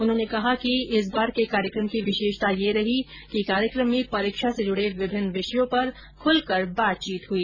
उन्होंने कहा कि इस बार की विशेषता यह रही की कार्यक्रम में परीक्षा से जुड़े विभिन्न विषयों पर खुलकर बातचीत हई